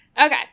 Okay